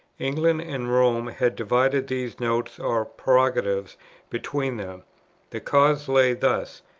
england and rome had divided these notes or prerogatives between them the cause lay thus,